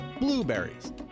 blueberries